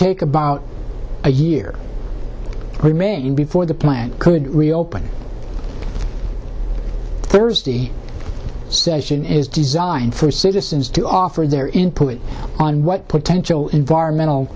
take about a year remaining before the plant could reopen thursday session is designed for citizens to offer their input on what potential environmental